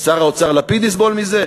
שר האוצר לפיד יסבול מזה?